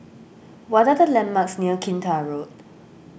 what are the landmarks near Kinta Road